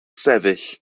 sefyll